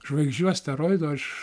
žvaigždžių asteroidų aš